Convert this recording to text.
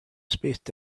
spaced